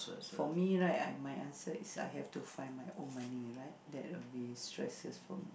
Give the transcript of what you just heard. for me right I my answer is I have to find my own money right that will be stresses for me